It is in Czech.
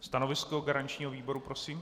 Stanovisko garančního výboru prosím?